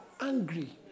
angry